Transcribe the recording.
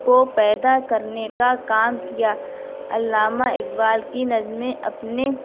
کو پیدا کرنے کا کام کیا علامہ اقبال کی نظمیں اپنے